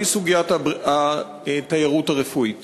והיא סוגיית התיירות הרפואית.